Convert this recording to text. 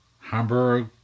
Hamburg